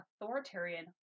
authoritarian